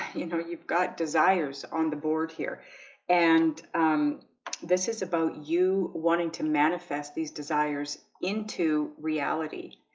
you know, you've got desires on the board here and this is about you wanting to manifest these desires into reality,